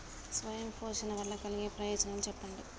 స్వయం పోషణ వల్ల కలిగే ప్రయోజనాలు చెప్పండి?